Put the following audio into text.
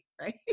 right